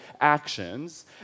actions